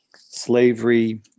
slavery